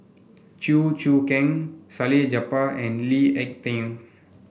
Chew Choo Keng Salleh Japar and Lee Ek Tieng